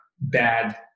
bad